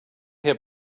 have